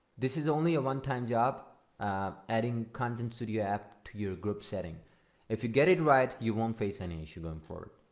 this is only a one time job adding contentstudio app to your group setting if you get it right you won't face any issue going forward.